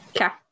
Okay